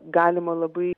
galima labai